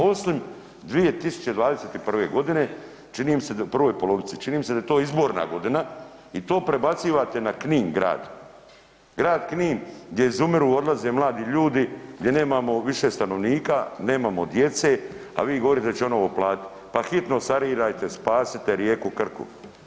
Osim 2021. g., čini mi se, u prvoj polovici, čini mi se da je to izborna godina i to prebacivate na Knin grad, grad Knin, gdje izumiru, odlaze mladi ljudi, gdje nemamo više stanovnika, nemamo djece, a vi govorite da će on ovo platit, pa hitno sanirajte, spasite rijeku Krku.